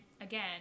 again